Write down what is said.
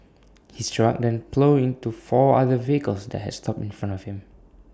his truck then ploughed into four other vehicles that had stopped in front of him